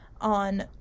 on